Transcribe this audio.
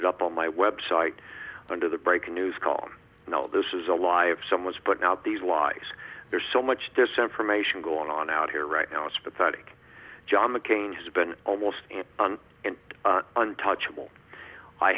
it up on my website under the breaking news call and all this is a lie if someone's but not these lies there's so much this information going on out here right now it's pathetic john mccain has been almost untouchable i